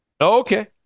Okay